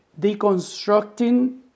deconstructing